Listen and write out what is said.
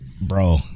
Bro